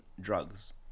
drugs